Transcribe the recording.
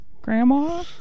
Grandma